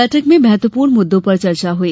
बैठक में महत्वपूर्ण मुद्दों पर बैठक हुई